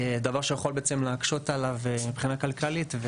דבר שיכול להקשות עליו מבחינה כלכלית,